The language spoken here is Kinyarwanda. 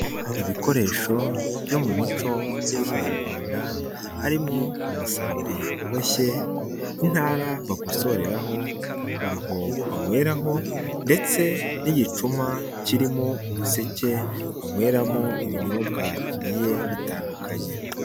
Ibikoresho byo mu muco wa kinyarwanda harimo umusambi uboshye, intara bagusoreraho, uruho banyweraho ndetse n'igicuma kirimo umuseke, banyweramo ibinyobwa bigiye bitandukanye.